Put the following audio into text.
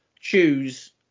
Choose